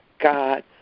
God